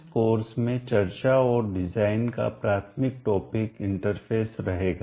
इस कोर्स में चर्चा और डिजाइन रचना का प्राथमिक टॉपिक विषय इंटरफ़ेस रहेगा